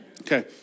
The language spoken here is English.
Okay